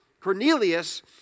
Cornelius